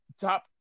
top